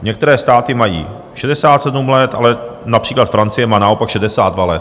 Některé státy mají 67 let, ale například Francie má naopak 62 let.